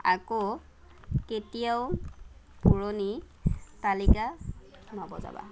আকৌ কেতিয়াও পুৰণি তালিকা নবজাবা